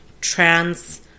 trans